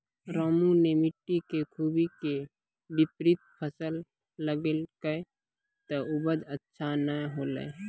रामू नॅ मिट्टी के खूबी के विपरीत फसल लगैलकै त उपज अच्छा नाय होलै